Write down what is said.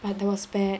but that was bad